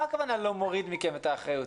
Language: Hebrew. מה הכוונה לא מוריד מכם אחריות?